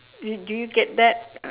do do you get that